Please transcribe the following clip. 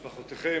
משפחותיכם,